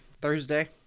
Thursday